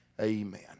Amen